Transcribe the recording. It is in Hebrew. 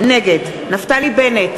נגד נפתלי בנט,